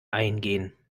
eingehen